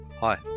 Hi